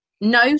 No